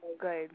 good